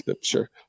sure